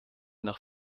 nach